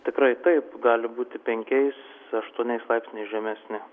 tikrai taip gali būti penkiais aštuoniais laipsniais žemesnė